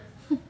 hmm